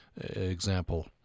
example